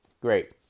great